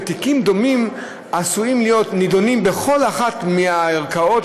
ותיקים דומים עשויים להיות נדונים בכל אחת מהערכאות.